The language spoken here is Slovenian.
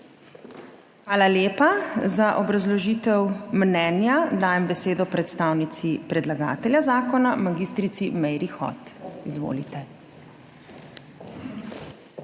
Hvala lepa. Za obrazložitev mnenja dajem besedo predstavnici predlagatelja zakona kolegici Mateji Čalušić. Izvolite.